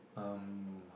um